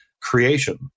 creation